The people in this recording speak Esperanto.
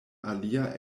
alia